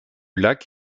lac